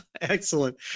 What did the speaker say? Excellent